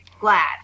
glad